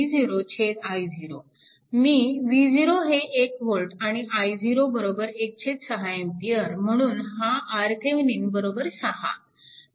मी V0 हे 1V आणि i0 16A म्हणून हा RThevenin 6